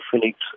Phoenix